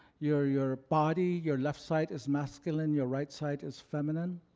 your your ah body, your left side is masculine your right side is feminine.